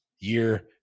year